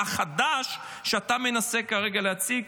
החדש שאתה מנסה כרגע להציג